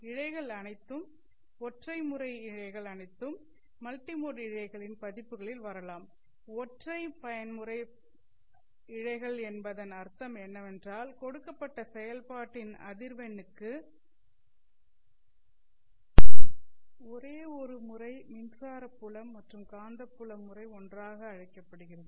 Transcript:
இழைகள் அனைத்தும் ஒற்றை முறை மற்றும் மல்டி மோட் இழைகளின் பதிப்புகளில் வரலாம் ஒற்றை பயன்முறை இழை என்பதன் அர்த்தம் என்னவென்றால் கொடுக்கப்பட்ட செயல்பாட்டின் அதிர்வெண்ணுக்கு ஒரே ஒரு முறை மின்சார புலம் முறை மற்றும் காந்தப்புல முறை ஒன்றாக அழைக்கப்படுகிறது